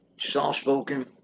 soft-spoken